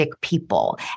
people